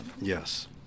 Yes